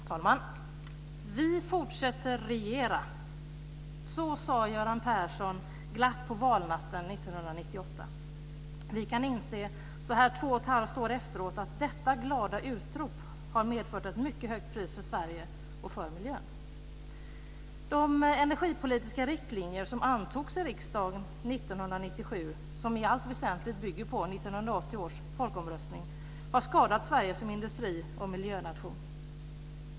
Herr talman! Vi fortsätter att regera! Så sade Göran Persson glatt på valnatten 1998. Vi kan inse, så här två och ett halvt år efteråt, att detta glada utrop har medfört ett mycket högt pris för Sverige och för miljön. De energipolitiska riktlinjer som antogs i riksdagen 1997, som i allt väsentligt bygger på 1980 års folkomröstning, har skadat Sverige som industrioch miljönation.